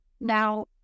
now